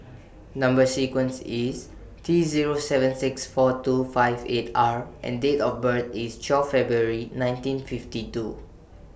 Number sequence IS T Zero seven six four two five eight R and Date of birth IS twelfth February nineteen fifty two